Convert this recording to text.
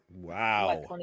Wow